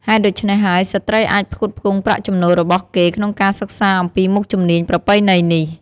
ហេតុដូច្នេះហើយ ស្ត្រីអាចផ្គត់ផ្គង់ប្រាក់ចំណូលរបស់គេក្នុងការសិក្សាអំពីមុខជំនាញប្រពៃណីនេះ។